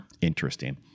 Interesting